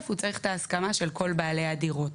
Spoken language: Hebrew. הוא צריך את ההסכמה של כל בעלי הדירות.